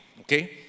okay